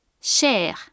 cher